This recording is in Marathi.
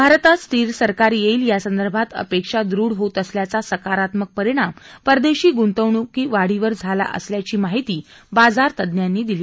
भारतात स्थिर सरकार येईल यासंदर्भात अपेक्षा दृढ होत असल्याचा सकारात्मक परिणाम परदेशी गुंतवणुकीत वाढीवर झाला अशी माहिती बाजार तज्ज्ञांनी दिली